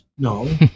No